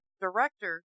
director